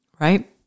Right